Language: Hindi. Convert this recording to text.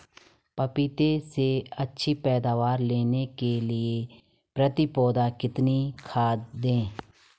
पपीते से अच्छी पैदावार लेने के लिए प्रति पौधा कितनी खाद दें?